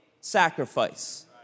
sacrifice